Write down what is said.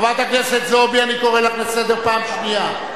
חברת הכנסת זועבי אני קורא אותך לסדר פעם שנייה.